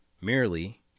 merely